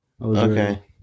Okay